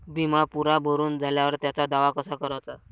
बिमा पुरा भरून झाल्यावर त्याचा दावा कसा कराचा?